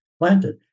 planted